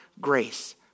grace